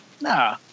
Nah